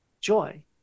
joy